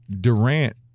Durant